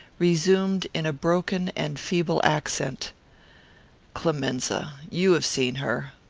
resumed, in a broken and feeble accent clemenza! you have seen her.